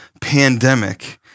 pandemic